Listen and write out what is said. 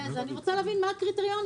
אני רוצה להבין מה הקריטריונים.